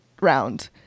round